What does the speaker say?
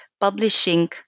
Publishing